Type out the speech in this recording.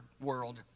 world